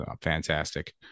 fantastic